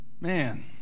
Man